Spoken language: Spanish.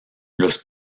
los